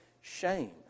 shame